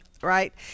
right